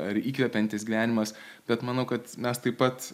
ar įkvepiantis gyvenimas bet manau kad mes taip pat